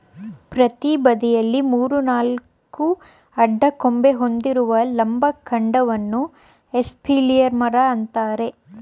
ಪ್ರತಿ ಬದಿಲಿ ಮೂರು ನಾಲ್ಕು ಅಡ್ಡ ಕೊಂಬೆ ಹೊಂದಿರುವ ಲಂಬ ಕಾಂಡವನ್ನ ಎಸ್ಪಾಲಿಯರ್ ಮರ ಅಂತಾರೆ